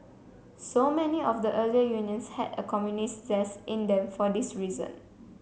so many of the earlier unions had a communist zest in them for this reason